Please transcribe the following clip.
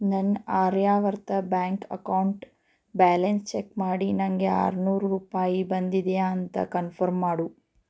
ನನ್ನ Aryavarta bank account balance check ಮಾಡಿ ನನಗೆ ಆರ್ನೂರು ರೂಪಾಯಿ ಬಂದಿದೆಯಾ ಅಂತ ಕನ್ಫರ್ಮ್ ಮಾಡು